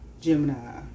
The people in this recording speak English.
Gemini